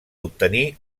obtenir